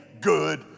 good